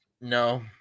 No